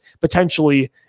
potentially